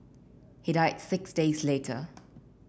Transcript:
he died six days later